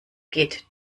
geht